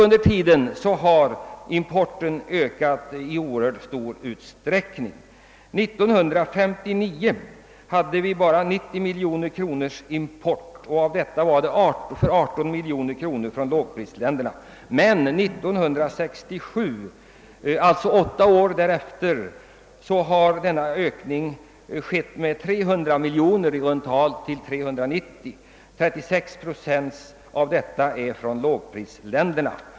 Under tiden har importen ökat ytterligare. År 1959 uppgick denna import till endast 90 miljoner kronor, och av denna summa importerades för 18 miljoner kronor från lågprisländerna. Men 1967, alltså åtta år därefter, hade importen ökat med i runt tal 300 miljoner kronor till 390 miljoner kronor, varav 36 procent kommer från lågprisländerna.